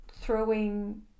throwing